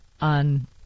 on